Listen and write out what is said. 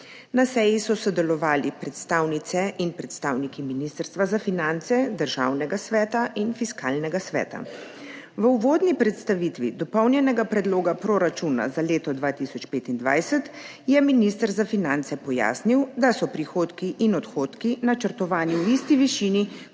Na seji so sodelovali predstavnice in predstavniki Ministrstva za finance, Državnega sveta in Fiskalnega sveta. V uvodni predstavitvi Dopolnjenega predloga proračuna za leto 2025 je minister za finance pojasnil, da so prihodki in odhodki načrtovani v isti višini